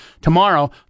Tomorrow